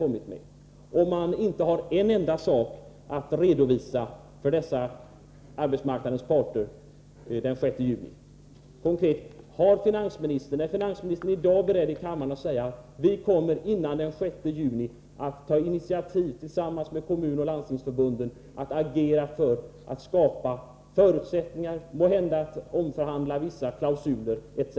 Det hjälper, som sagt, inte att ställa en sådan fråga, om man inte har en enda sak att redovisa för dessa arbetsmarknadens parter den 6 juni. Ytterligare en konkret fråga: Är finansministern i dag beredd att här i kammaren säga att före den 6 juni kommer vi tillsammans med Kommunförbundet och Landstingsförbundet att ta initiativ, att agera för att skapa förutsättningar, måhända omförhandla vissa klausuler etc.?